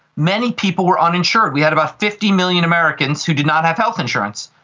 many people were uninsured. we had about fifty million americans who did not have health insurance,